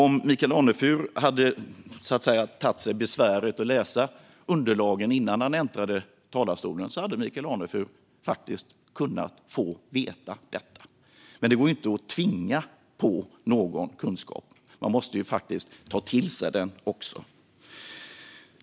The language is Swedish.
Om Michael Anefur hade gjort sig besväret att läsa underlagen innan han äntrade talarstolen hade han faktiskt kunnat få veta detta. Men det går inte att tvinga på någon kunskap. Man måste faktiskt ta till sig den också.